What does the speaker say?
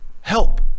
help